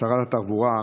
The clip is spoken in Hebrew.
שרת התחבורה,